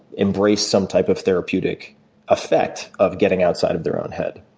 embrace some type of therapeutic effect of getting outside of their own head?